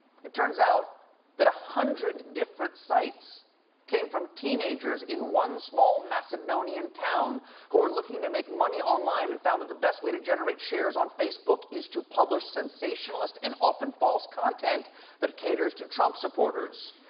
it turns out that one hundred different sites came from teenagers in one small macedonian town who were looking to make money online and found that the best way to generate shares on facebook is to publish sensationalist and often false content that caters to trump supporters.